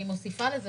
אני מוסיפה לזה,